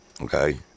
Okay